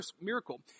miracle